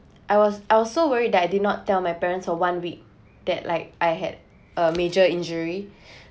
I was I was so worry that I did not tell my parents for one week that like I had a major injury